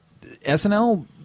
SNL